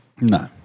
No